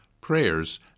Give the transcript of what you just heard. prayers